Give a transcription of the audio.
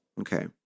Okay